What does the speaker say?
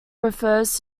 refers